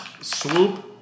Swoop